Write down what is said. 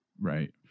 Right